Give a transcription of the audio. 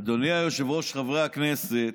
אדוני היושב-ראש, חברי הכנסת,